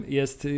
jest